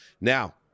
Now